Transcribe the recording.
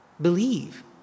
believe